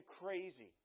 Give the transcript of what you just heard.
crazy